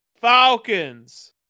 Falcons